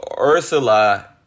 ursula